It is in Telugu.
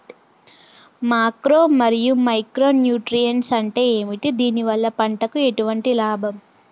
మాక్రో మరియు మైక్రో న్యూట్రియన్స్ అంటే ఏమిటి? దీనివల్ల పంటకు ఎటువంటి లాభం?